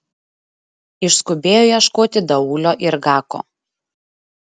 išskubėjo ieškoti daulio ir gako